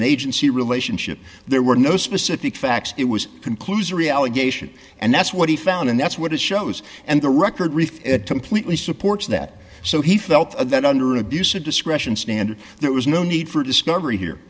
an agency relationship there were no specific facts it was conclusory allegation and that's what he found and that's what it shows and the record reef completely supports that so he felt that under an abuse of discretion standard there was no need for discovery here